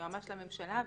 היועמ"ש לממשלה והמשנים.